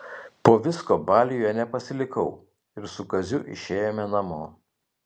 po visko baliuje nepasilikau ir su kaziu išėjome namo